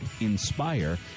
INSPIRE